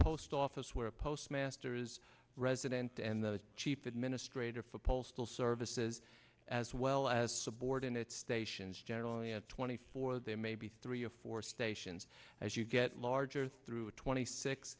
post office where a postmaster is resident and the chief administrator for postal services as well as subordinate stations generally at twenty four there may be three or four stations as you get larger through twenty six